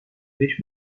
beş